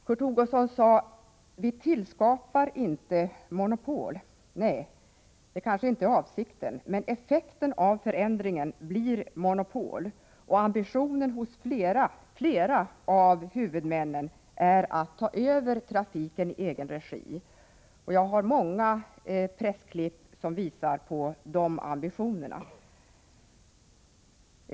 Kurt Hugosson sade: Vi tillskapar inte ett monopol. Nej, det kanske inte är avsikten. Men effekten av förändringen blir monopol, och ambitionen hos flera av huvudmännen är att ta över trafiken i egen regi — jag har många pressklipp som visar på de ambitionerna.